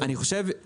חסום, חסום.